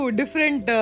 different